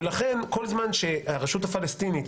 ולכן כל זמן שהרשות הפלסטינית,